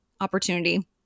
opportunity